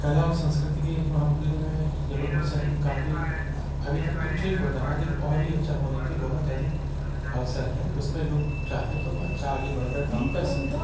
कला और संस्कृति के मामले में जबलपुर शहर में काफ़ी अभी तक तो ठीक होता रहा लेकिन और भी अच्छा होने के बहुत अधिक अवसर हैं उसमें लोग चाहें तो अच्छा आगे बढ़ कर काम कर सकते हैं